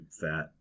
fat